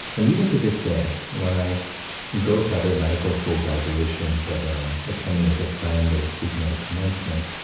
and even to this day, when i go to other medical school graduations, whether i'm attending as a friend, or speaking at a commencement,